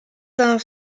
d’un